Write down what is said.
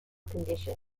condition